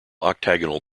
octagonal